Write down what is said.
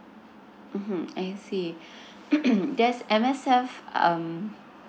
mmhmm I see does M_S_F um